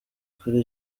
kuri